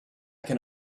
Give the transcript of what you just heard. can